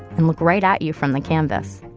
and look right at you from the canvas.